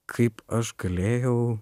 kaip aš galėjau